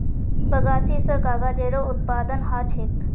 बगासी स कागजेरो उत्पादन ह छेक